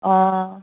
অঁ